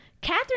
Catherine